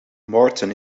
marten